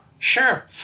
Sure